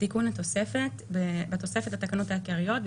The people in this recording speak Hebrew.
תיקון התוספת 3. בתוספת לתקנות העיקריות,